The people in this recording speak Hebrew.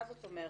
מה זאת אומרת?